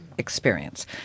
Experience